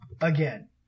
again